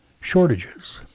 shortages